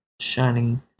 shining